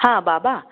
हां बाबा